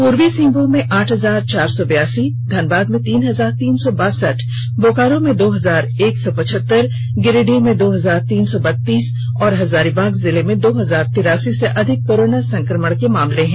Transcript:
पूर्वी सिंहभूम में आठ हजार चार सौ बयासी धनबाद में तीन हजार तीन सौ बासठ बोकारो में दो हजार एक सौ पचहत्तर गिरिडीह में दो हजार तीन सौ बत्तीस और हजारीबाग जिले में दो हजार तिरासी से अधिक कोरोना संक्रमण के मामले हैं